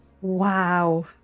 Wow